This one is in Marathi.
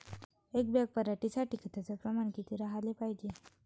एक बॅग पराटी साठी खताचं प्रमान किती राहाले पायजे?